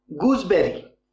gooseberry